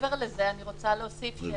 מעבר לזה, אני רוצה להוסיף שצריך